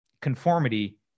conformity